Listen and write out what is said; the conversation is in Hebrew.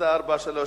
שאילתא 795,